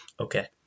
Okay